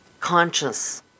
conscious